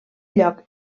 lloc